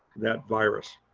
that virus.